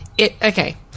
Okay